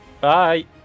Bye